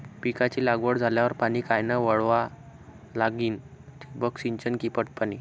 पिकाची लागवड झाल्यावर पाणी कायनं वळवा लागीन? ठिबक सिंचन की पट पाणी?